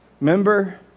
Member